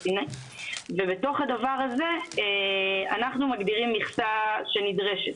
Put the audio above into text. בתוך הדבר זה, אנחנו מגדירים מכסה שנדרשת.